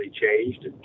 changed